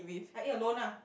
I ate alone lah